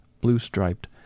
blue-striped